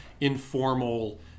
informal